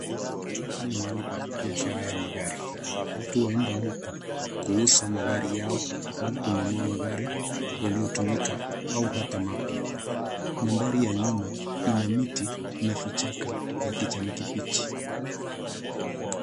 Hapa ni mahali pa biashara ya magari, watu huenda huku kuuza magari yao au kununua magari yaliyotumika au hata mapya. Mandhari ya nyuma ina miti na vichaka ya kijani kibichi.